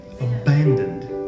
abandoned